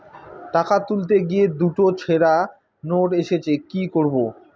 টাকা তুলতে গিয়ে দুটো ছেড়া নোট এসেছে কি করবো?